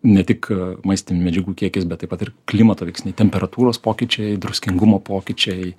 ne tik maistinių medžiagų kiekis bet taip pat ir klimato veiksniai temperatūros pokyčiai druskingumo pokyčiai